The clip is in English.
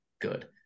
good